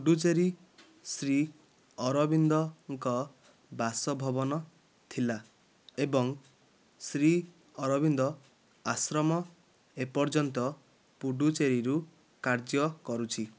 ପୁଡୁଚେରି ଶ୍ରୀ ଅରବିନ୍ଦଙ୍କ ବାସଭବନ ଥିଲା ଏବଂ ଶ୍ରୀ ଅରବିନ୍ଦ ଆଶ୍ରମ ଏପର୍ଯ୍ୟନ୍ତ ପୁଡୁଚେରିରୁ କାର୍ଯ୍ୟ କରୁଛି